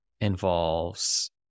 involves